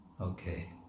Okay